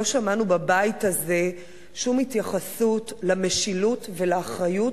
לא שמענו בבית הזה שום התייחסות למשילות ולאחריות